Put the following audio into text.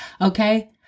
Okay